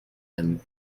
and